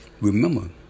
remember